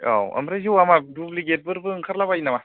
औ ओमफ्राय जौआ मा दुब्लेगेटफोरबो ओंखारला बायो नामा